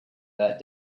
that